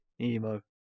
Emo